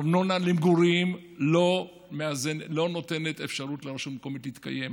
ארנונה למגורים לא נותנת אפשרות לרשות מקומית להתקיים.